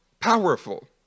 powerful